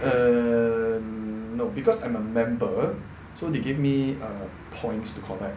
err no because I'm a member so they give me uh points to connect